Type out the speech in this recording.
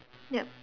yup